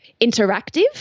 interactive